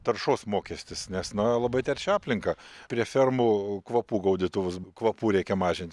taršos mokestis nes na labai teršia aplinką prie fermų kvapų gaudytuvus kvapų reikia mažint